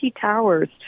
towers